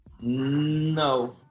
no